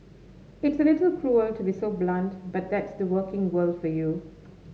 it's a little cruel to be so blunt but that's the working world for you